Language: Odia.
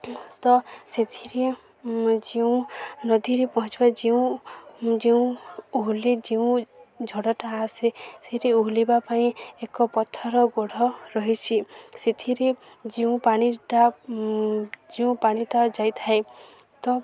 ତ ସେଥିରେ ଯେଉଁ ନଦୀରେ ପହଞ୍ଚିବା ଯେଉଁ ଯେଉଁ ଓହଲି ଯେଉଁ ଝଡ଼ଟା ଆସେ ସେଥିରେ ଓହଲିବା ପାଇଁ ଏକ ପଥର ଗୋଢ଼ ରହିଛି ସେଥିରେ ଯେଉଁ ପାଣିଟା ଯେଉଁ ପାଣିଟା ଯାଇଥାଏ ତ